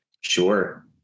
Sure